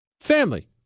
family